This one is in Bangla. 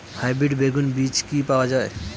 হাইব্রিড বেগুন বীজ কি পাওয়া য়ায়?